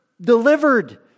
delivered